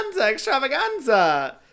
extravaganza